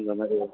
இந்த மாதிரி